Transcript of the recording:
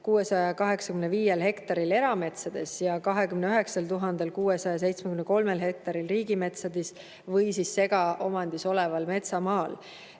685 hektaril erametsades ja 29 673 hektaril riigimetsades või segaomandis oleval metsamaal.